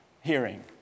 hearing